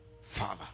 father